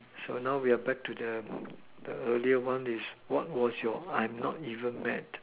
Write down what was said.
so now we are back to the the earlier one is what was your I'm not even mad